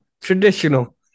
Traditional